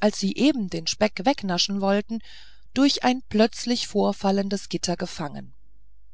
als sie eben den speck wegnaschen wollten durch ein plötzlich vorfallendes gitter gefangen